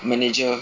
manager